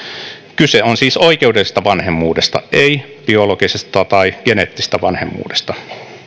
kyse on siis oikeudellisesta vanhemmuudesta ei biologisesta tai geneettisestä vanhemmuudesta